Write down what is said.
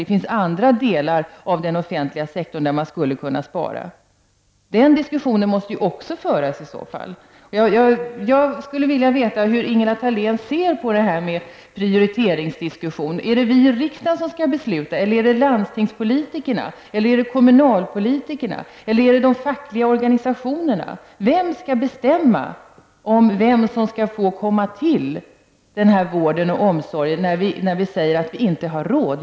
Det finns andra delar av den offentliga sektorn där man skulle kunna spara. Den diskussionen måste i så fall också föras. Jag skulle vilja fråga hur Ingela Thalén ser på prioriteringsdiskussionen. Är det vi i riksdagen som skall fatta beslut, är det landstingspolitikerna, kommunalpolitikerna eller de fackliga organisationerna? Vem skall bestämma om vem som skall få del av den här vården och omsorgen när vi säger att vi inte har råd?